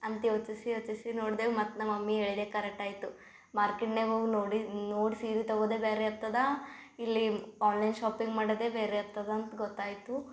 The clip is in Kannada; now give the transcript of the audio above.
ಅಂತ ಯೋಚಿಸಿ ಯೋಚಿಸಿ ನೋಡ್ದೆ ಮತ್ತು ನಮ್ಮ ಮಮ್ಮಿ ಹೇಳಿದೆ ಕರೆಟ್ ಆಯಿತು ಮಾರ್ಕೆಟ್ನ್ಯಾಗ ಹೋಗಿ ನೋಡಿ ನೋಡಿ ಸೀರೆ ತಗೋದೆ ಬ್ಯಾರೆ ಇರ್ತದಾ ಇಲ್ಲಿ ಆನ್ಲೈನ್ ಶಾಪಿಂಗ್ ಮಾಡದೇ ಬೇರೆ ಇರ್ತದ ಅಂತ ಗೊತ್ತಾಯಿತು